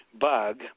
bug